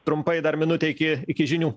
trumpai dar minutė iki iki žinių